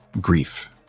grief